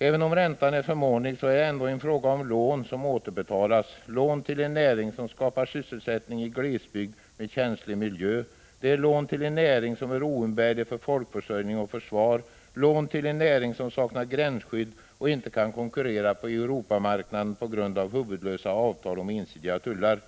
Även om räntan är förmånlig är det fråga om lån som återbetalas, lån till en näring som skapar sysselsättning i glesbygd med en känslig miljö. Det är lån till en näring som är oumbärlig för folkförsörjning och försvar, lån till en näring som saknar gränsskydd och inte kan konkurrera på Europamarknaden på grund av huvudlösa avtal om ensidiga tullar.